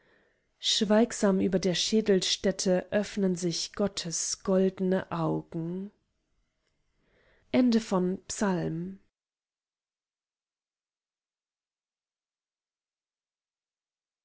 schweigsam über der schädelstätte öffnen sich gottes goldene augen